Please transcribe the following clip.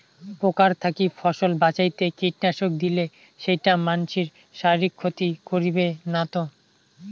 পোকার থাকি ফসল বাঁচাইতে কীটনাশক দিলে সেইটা মানসির শারীরিক ক্ষতি করিবে না তো?